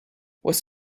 was